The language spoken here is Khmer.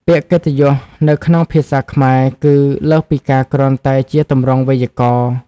ពាក្យកិត្តិយសនៅក្នុងភាសាខ្មែរគឺលើសពីការគ្រាន់តែជាទម្រង់វេយ្យាករណ៍។